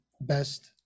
best